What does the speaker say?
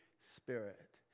Spirit